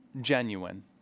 genuine